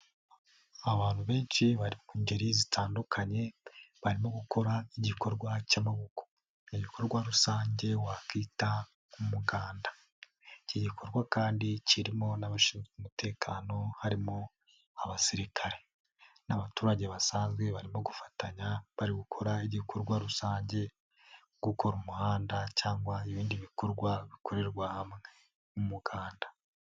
Abantu benshi bari mu ngeri zitandukanye barimo gukora igikorwa cy'amaboko mu bikorwa rusange wakita umuganda, iki gikorwa kandi kirimo n'abashinzwe umutekano harimo abasirikare n'abaturage basanzwe barimo gufatanya bari gukora igikorwa rusange gukora umuhanda cyangwa ibindi bikorwa bikorerwa hamwe umuganda.